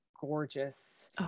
gorgeous